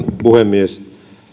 puhemies